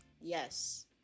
Yes